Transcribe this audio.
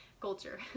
culture